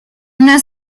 una